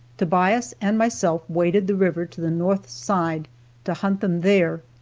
tobias and myself waded the river to the north side to hunt them there,